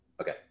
Okay